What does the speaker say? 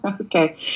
Okay